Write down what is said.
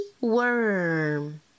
worm